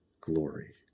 glory